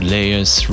Layers